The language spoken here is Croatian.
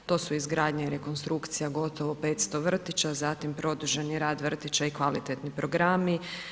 To su izgradnje i rekonstrukcija gotovo 500 vrtića, zatim produženi rad vrtića i kvalitetni programi.